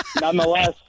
Nonetheless